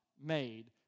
made